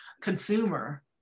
consumer